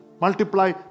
multiply